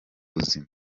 buzima